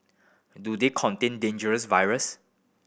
do they contain dangerous virus